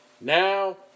Now